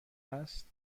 است